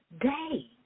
day